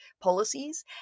policies